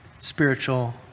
spiritual